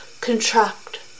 contract